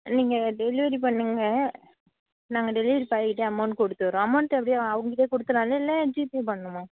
நீங்கள் டெலிவரி பண்ணுங்கள் நாங்கள் டெலிவரி பாயிகிட்டே அமோண்ட் கொடுத்துறோம் அமோண்ட் எப்படி அவங்கிட்டியே கொடுத்துர்லால்ல இல்லை ஜிபே பண்ணனுமா